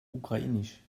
ukrainisch